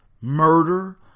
murder